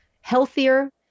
healthier